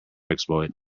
exploit